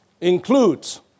includes